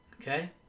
okay